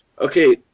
okay